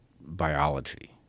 biology